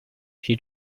she